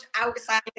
outside